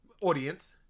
audience